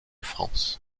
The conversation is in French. france